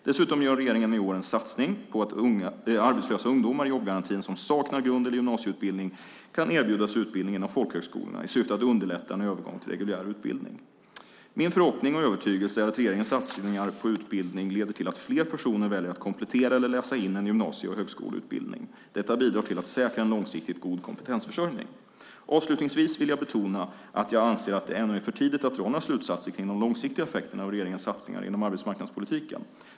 Dessutom gör regeringen i år en satsning på att arbetslösa ungdomar i jobbgarantin som saknar grund eller gymnasieutbildning kan erbjudas utbildning inom folkhögskolorna i syfte att underlätta en övergång till reguljär utbildning. Min förhoppning, och övertygelse, är att regeringens satsningar på utbildning leder till att fler personer väljer att komplettera eller läsa in en gymnasie eller högskoleutbildning. Detta bidrar till att säkra en långsiktigt god kompetensförsörjning. Avslutningsvis vill jag betona att jag anser att det ännu är för tidigt att dra några slutsatser kring de långsiktiga effekterna av regeringens satsningar inom arbetsmarknadspolitiken.